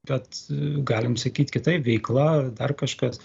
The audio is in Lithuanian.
bet galim sakyt kitaip veikla dar kažkas